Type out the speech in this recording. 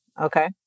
Okay